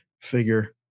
figure